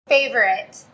Favorite